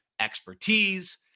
expertise